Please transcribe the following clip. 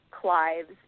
Clive's